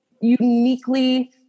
uniquely